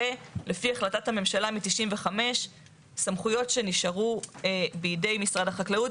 זה לפי החלטת ממשלה מ-1995 סמכויות שנשארו בידי משרד החקלאות,